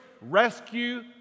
rescue